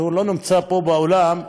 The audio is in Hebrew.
שלא נמצא פה באולם,